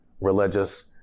religious